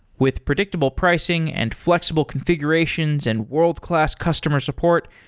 with predictable pricing and fl exible confi gurations and world-class customer support,